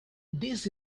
this